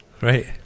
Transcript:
Right